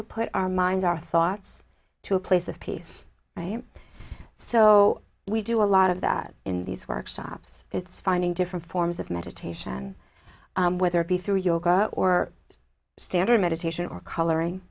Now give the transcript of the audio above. could put our minds our thoughts to a place of peace so we do a lot of that in these workshops it's finding different forms of meditation whether it be through yoga or standard meditation or coloring